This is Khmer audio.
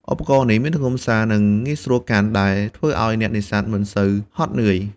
ឧបករណ៍នេះមានទម្ងន់ស្រាល និងងាយស្រួលកាន់ ដែលធ្វើឲ្យអ្នកនេសាទមិនសូវហត់នឿយ។